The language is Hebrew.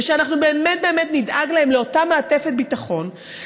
ושאנחנו באמת באמת נדאג להם לאותה מעטפת ביטחון,